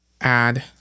add